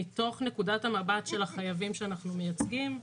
מתוך נקודת המבט של החייבים שאנחנו מייצגים.